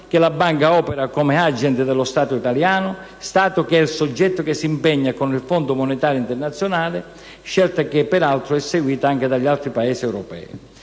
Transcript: che la Banca opera come *agent* dello Stato italiano, che è il soggetto che si impegna con il Fondo monetario internazionale (scelta che, peraltro, è seguita anche da altri Paesi europei);